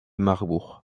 marbourg